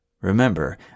Remember